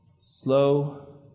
slow